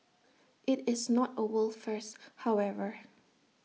IT is not A world first however